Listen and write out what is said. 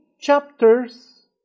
chapters